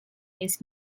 his